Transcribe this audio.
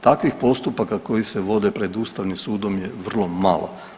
Takvih postupaka koji se vode pred Ustavnim sudom je vrlo malo.